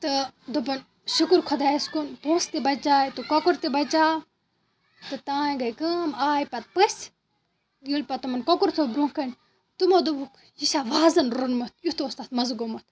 تہٕ دوٚپُن شُکُر خۄدایَس کُن پونٛسہِ تہِ بچاے تہٕ کۄکُر تہِ بچاو تہٕ تام گٔے کٲم آے پَتہٕ پٔژھۍ ییٚلہِ پَتہٕ تِمَن کۄکُر تھوٚو برٛۄنٛہہ کَنہِ تِمَو دوٚپُکھ یہِ چھا وازَن روٚنمُت یُتھ اوس تَتھ مَزٕ گوٚمُت